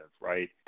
right